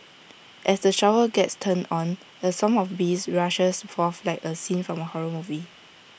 as the shower gets turned on A swarm of bees rushes forth like A scene from A horror movie